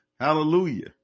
hallelujah